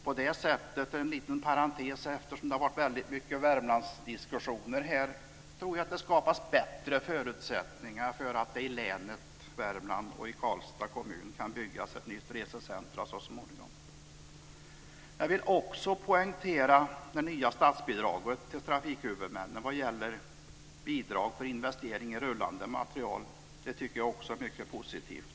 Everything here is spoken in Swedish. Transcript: På det sättet - detta sagt som en liten parentes, eftersom det har varit mycket Värmlandsdiskussioner här - tror jag att det skapas bättre förutsättningar för att det i länet Värmland och i Karlstads kommun så småningom kan byggas ett nytt resecentrum. Jag vill också poängtera det nya statsbidraget till trafikhuvudmännen vad gäller investeringar i rullande material. Det tycker jag också är mycket positivt.